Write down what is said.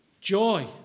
joy